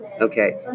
Okay